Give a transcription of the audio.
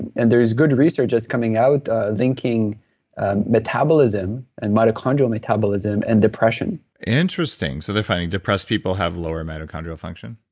and there's good research that coming out ah linking and metabolism and mitochondrial metabolism and depression interesting. so they're finding depressed people have lower mitochondrial function?